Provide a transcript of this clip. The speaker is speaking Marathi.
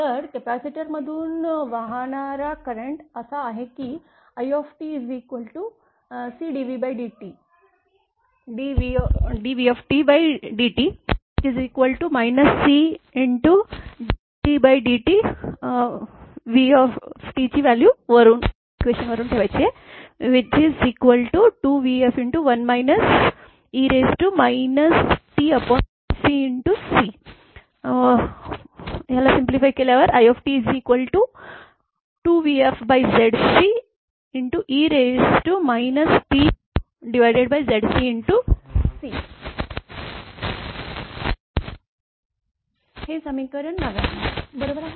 तर कपॅसिटरमधून वाहणारा करेंट असा आहे की itCdvtdtCddt2vf1 e tZcC it2vfZce tZcC हे समीकरण 99 बरोबर आहे